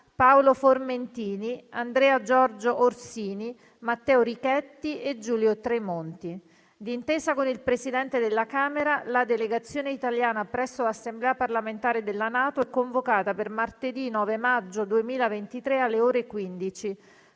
Paolo Formentini, Andrea Giorgio Orsini, Matteo Richetti e Giulio Tremonti. D'intesa con il Presidente della Camera, la Delegazione italiana presso l'Assemblea parlamentare della NATO è convocata per martedì 9 maggio 2023, alle ore 15,